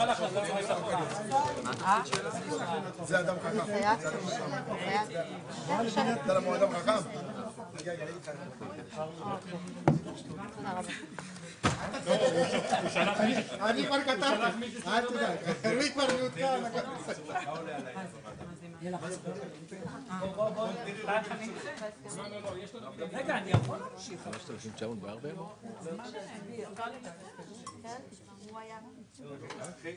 14:07.